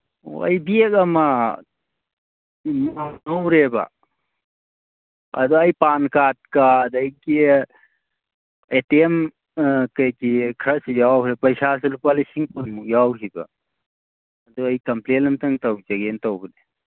ꯑꯣ ꯑꯩ ꯕꯦꯛ ꯑꯃ ꯃꯥꯡꯍꯧꯔꯦꯕ ꯑꯗ ꯑꯩ ꯄꯥꯟ ꯀꯥꯔꯠꯀ ꯑꯗꯒꯤ ꯑꯦ ꯇꯤ ꯑꯦꯝ ꯀꯔꯤ ꯀꯔꯤ ꯈꯔꯁꯨ ꯌꯥꯎꯈ꯭ꯔꯦ ꯄꯩꯁꯥꯁꯨ ꯂꯨꯄꯥ ꯂꯤꯁꯤꯡ ꯀꯨꯟꯃꯨꯛ ꯌꯥꯎꯈꯤꯕ ꯑꯗꯨ ꯑꯩ ꯀꯝꯄ꯭ꯂꯦꯟ ꯑꯝꯇꯪ ꯇꯧꯖꯒꯦꯅ ꯇꯧꯕꯅꯤ